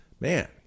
man